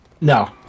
No